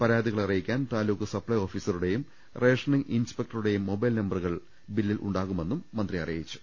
പരാതി കൾ അറിയിക്കാൻ താലൂക്ക് സപ്പ്ലൈ ഓഫീസറുടെയും റേഷനിംഗ് ഇൻസ്പെക്ടറുടെയും മൊബൈൽ നമ്പറുകൾ ഉണ്ടാകുമെന്നും മന്ത്രി അറി യിച്ചു